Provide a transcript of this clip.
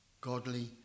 Godly